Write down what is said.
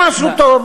צריכים לתמוך בו,